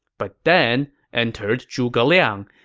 but then entered zhuge liang,